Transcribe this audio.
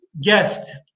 guest